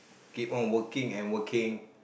keep on working and working